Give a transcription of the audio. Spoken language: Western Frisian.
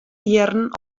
jierren